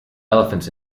elephants